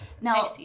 Now